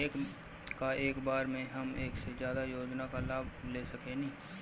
का एक बार में हम एक से ज्यादा योजना का लाभ ले सकेनी?